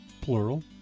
plural